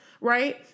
right